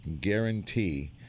guarantee